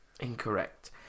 Incorrect